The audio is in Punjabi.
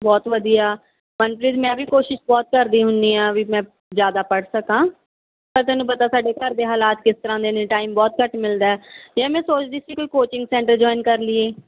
ਬਹੁਤ ਵਧੀਆ ਮਨਪ੍ਰੀਤ ਮੈਂ ਵੀ ਕੋਸ਼ਿਸ਼ ਬਹੁਤ ਕਰਦੀ ਹੁੰਦੀ ਹਾਂ ਵੀ ਮੈਂ ਜ਼ਿਆਦਾ ਪੜ੍ਹ ਸਕਾਂ ਪਰ ਤੈਨੂੰ ਪਤਾ ਸਾਡੇ ਘਰ ਦੇ ਹਾਲਾਤ ਕਿਸ ਤਰ੍ਹਾਂ ਦੇ ਨੇ ਟਾਈਮ ਬਹੁਤ ਘੱਟ ਮਿਲਦਾ ਯਾਰ ਮੈਂ ਸੋਚਦੀ ਸੀ ਕੋਈ ਕੋਚਿੰਗ ਸੈਂਟਰ ਜੁਆਇਨ ਕਰ ਲਈਏ